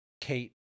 Kate